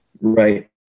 right